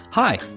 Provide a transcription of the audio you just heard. Hi